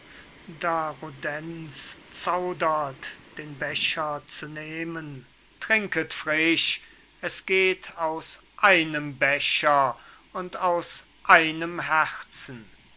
zaudert den becher zu nehmen trinket frisch es geht aus einem becher und aus einem herzen